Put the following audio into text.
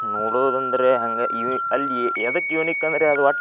ನೋಡೋದಂದ್ರೆ ಹಂಗೆ ಇವು ಅಲ್ಲಿ ಯಾವ್ದಕ್ ಯೂನಿಕ್ ಅಂದರೆ ಅದು ಒಟ್ಟು